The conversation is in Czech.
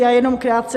Já jenom krátce.